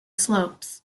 slopes